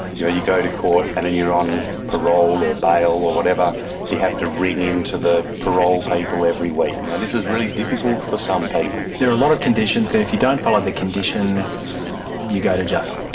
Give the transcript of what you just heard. you go to court and then you're on parole or bail or whatever, you have to ring in to the parole people every week. you know this is really difficult for some people. there are a lot of conditions, and if you don't follow the conditions you go to jail. yes,